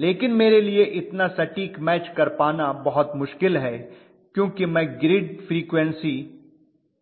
लेकिन मेरे लिए इतना सटीक मैच कर पाना बहुत मुश्किल है क्योंकि मैं ग्रिड फ्रीक्वन्सी